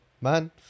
Man